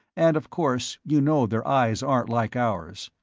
and of course, you know their eyes aren't like ours.